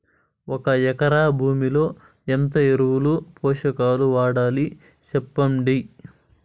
ఒక ఎకరా భూమిలో ఎంత ఎరువులు, పోషకాలు వాడాలి సెప్పండి?